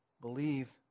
believe